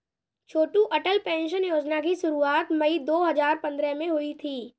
छोटू Atal pension योजना की शुरुआत मई दो हज़ार पंद्रह में हुई थी